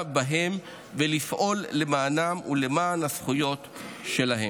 בהם ולפעול למענם ולמען הזכויות שלהם.